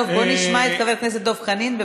בואו נשמע את חבר הכנסת דב חנין.